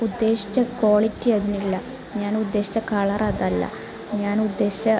ഉദ്ദേശിച്ച ക്വാളിറ്റി അതിനില്ല ഞാനുദ്ദേശിച്ച കളറതല്ല ഞാനുദ്ദേശിച്ച